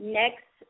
next